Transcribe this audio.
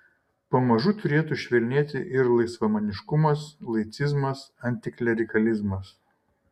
pamažu turėtų švelnėti ir laisvamaniškumas laicizmas antiklerikalizmas